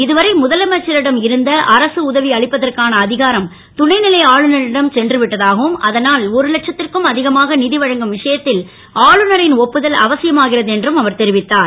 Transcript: இதுவரை முதலமைச்சரிடம் இருந்த அரசு உதவி அளிப்பதற்கான அ காரம் துணை லை ஆளுநரிடம் சென்று விட்டதாகவும் அதனால் ஒரு லட்சத் ற்கும் அ கமாக வழங்கும் விஷயத் ல் ஆளுநரின் ஒப்புதல் அவசியமாகிறது என்றும் அவர் தெரிவித்தார்